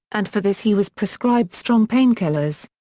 and for this he was prescribed strong painkillers.